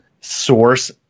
source